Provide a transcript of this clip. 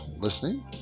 listening